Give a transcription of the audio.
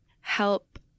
help